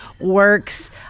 works